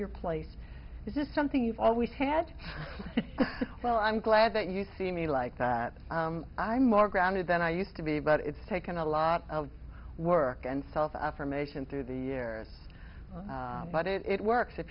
your place is just something you've always had well i'm glad that you see me like that i'm more grounded then i used to be but it's taken a lot of work and self affirmation through the years but it works if